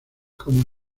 como